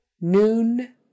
noon